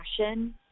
passion